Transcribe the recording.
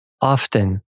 Often